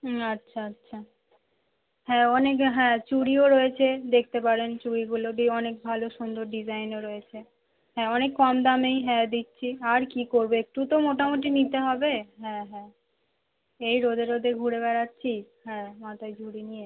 হুম আচ্ছা আচ্ছা হ্যাঁ অনেকে হ্যাঁ চুড়িও রয়েছে দেখতে পারেন চুড়িগুলো দিয়ে অনেক ভালো সুন্দর ডিজাইনও রয়েছে হ্যাঁ অনেক কম দামেই হ্যাঁ দিচ্ছি আর কী করবো একটু তো মোটামুটি নিতে হবে হ্যাঁ হ্যাঁ এই রোদে রোদে ঘুরে বেরাচ্ছি হ্যাঁ মাথায় ঝুড়ি নিয়ে